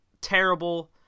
terrible